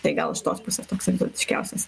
tai gal iš tos pusės toks egzotiškiausias